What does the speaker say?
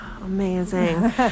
amazing